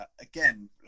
again